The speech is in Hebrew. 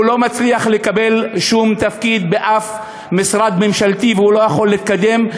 הוא לא מצליח לקבל שום תפקיד באף משרד ממשלתי והוא לא יכול להתקדם,